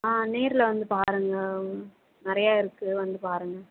ஆ நேரில் வந்து பாருங்கள் நிறையா இருக்கு வந்து பாருங்கள்